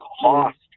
cost